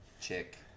chick